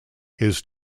his